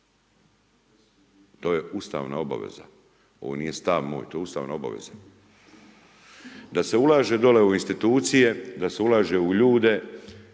To je ustavna obaveza, ovo nije stav moj, to je ustavna obaveza. Da se ulaže dole u institucije, da se ulaže u ljude,